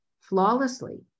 flawlessly